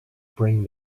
bring